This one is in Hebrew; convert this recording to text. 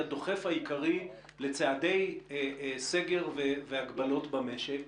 היא הדוחף העיקרי לצעדי סגר והגבלות במשק.